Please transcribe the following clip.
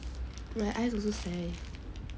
my eyes also sey